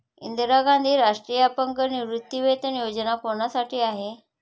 इंदिरा गांधी राष्ट्रीय अपंग निवृत्तीवेतन योजना कोणासाठी असते?